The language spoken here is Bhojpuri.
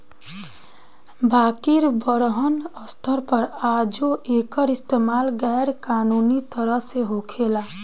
बाकिर बड़हन स्तर पर आजो एकर इस्तमाल गैर कानूनी तरह से होखेला